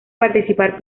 participar